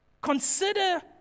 Consider